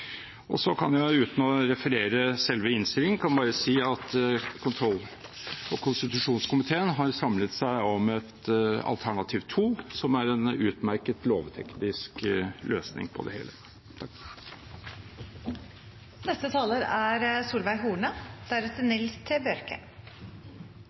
Så kan jeg uten å referere selve innstillingen, bare si at kontroll- og konstitusjonskomiteen har samlet seg om et alternativ 2, som er en utmerket lovteknisk løsning på det hele.